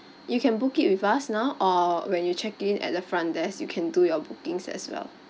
you can book with us now or when you check in at the front desk you can do your bookings as well